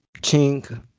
chink